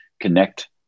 connect